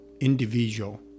individual